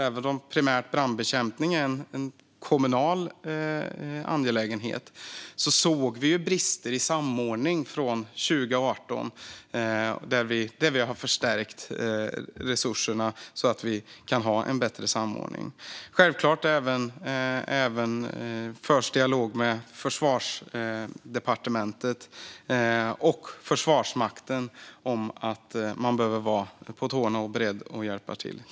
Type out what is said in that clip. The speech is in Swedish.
Även om brandbekämpning primärt är en kommunal angelägenhet såg vi ju brister i samordningen under 2018, och där har vi förstärkt resurserna så att vi kan ha en bättre samordning. Självklart förs det även en dialog med Försvarsdepartementet och Försvarsmakten om att de behöver vara på tårna och beredda att hjälpa till.